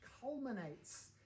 culminates